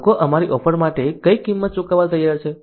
લોકો અમારી ઓફર માટે કઈ કિંમત ચૂકવવા તૈયાર છે